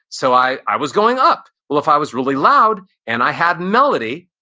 so i i was going up. well, if i was really loud and i had melody,